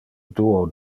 duo